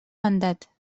mandat